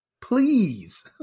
please